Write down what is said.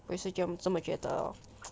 我也是这么觉得